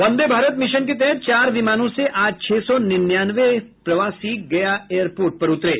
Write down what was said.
वंदे Bharat mission के तहत चार विमानों से आज छह सौ निन्यानवे प्रवासी गया एयरपोर्ट पर उतरे